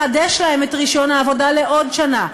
לחדש להם את רישיון העבודה לעוד שנה.